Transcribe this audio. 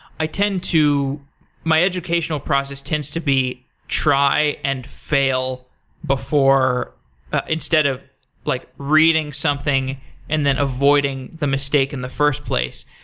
i tend to my educational process tends to be try and fail before instead of like reading something and then avoiding the mistake in the first place.